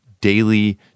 daily